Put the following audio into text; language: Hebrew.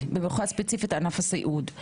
במיוחד לענף הסיעוד.